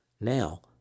now